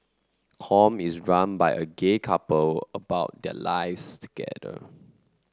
com is run by a gay couple about their lives together